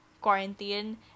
quarantine